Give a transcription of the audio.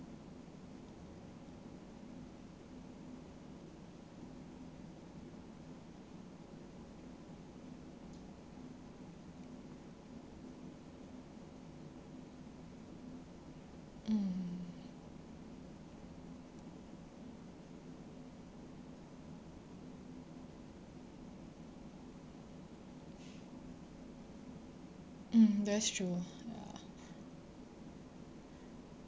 mm mm that's true ya